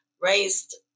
raised